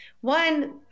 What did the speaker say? one